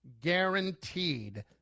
guaranteed